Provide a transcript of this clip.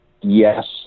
yes